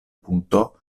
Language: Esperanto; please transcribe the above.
puto